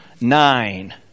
nine